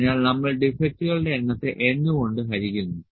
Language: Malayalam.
അതിനാൽ നമ്മൾ ഡിഫെക്ടുകളുടെ എണ്ണത്തെ n കൊണ്ട് ഹരിക്കുന്നു